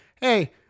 Hey